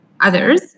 others